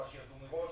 שידעו מראש,